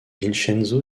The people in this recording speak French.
vincenzo